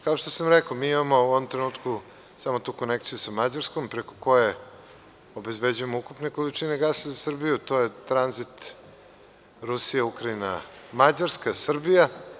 Kao što sam rekao, mi imamo u ovom trenutku samo tu konekciju sa Mađarskom, preko koje obezbeđujemo ukupne količine gasa za Srbiju, to je tranzit Rusija – Ukrajina – Mađarska – Srbija.